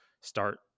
start